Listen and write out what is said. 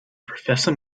professor